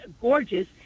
gorgeous